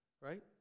Right